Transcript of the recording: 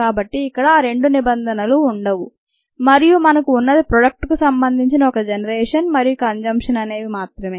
కాబట్టి ఇక్కడ ఆ రెండు నిబంధనలు ఉండవు మరియు మనకు ఉన్నది ప్రోడక్ట్ కు సంబంధించిన ఒక్క జనరేషన్ మరియు కన్సమ్న్షన్ అనేవి మాత్రమే